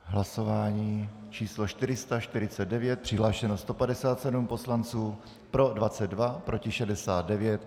Hlasování číslo 449, přihlášeno 157 poslanců, pro 22, proti 69.